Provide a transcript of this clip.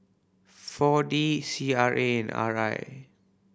Four D C R A and R I